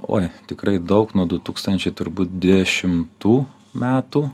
oi tikrai daug nuo du tūkstančiai turbūt dešimtų metų